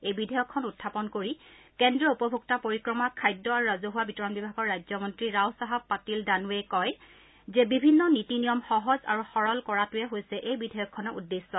এই বিধেয়কখন উখাপন কৰি কেন্দ্ৰীয় উপভোক্তা পৰিক্ৰমা খাদ্য আৰু ৰাজহুৱা বিতৰণ বিভাগৰ ৰাজ্যমন্ত্ৰী ৰাও চাহাব পাটিল দানৱেই কয় যে বিভিন্ন নীতি নিয়ম সহজ আৰু সৰল কৰাটোৱেই হৈছে এই বিধেয়কখনৰ উদ্দেশ্য